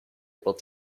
able